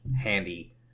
handy